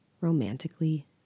romantically